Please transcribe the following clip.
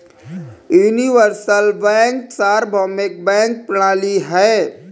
universal bank सार्वभौमिक bank प्रणाली है